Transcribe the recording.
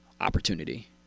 opportunity